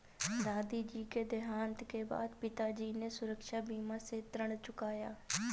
दादाजी के देहांत के बाद पिताजी ने सुरक्षा बीमा से ऋण चुकाया